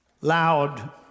loud